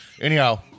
Anyhow